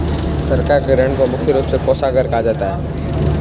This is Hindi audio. सरकार के ऋण को मुख्य रूप से कोषागार कहा जाता है